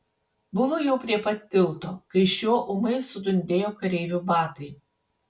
buvo jau prie pat tilto kai šiuo ūmai sudundėjo kareivių batai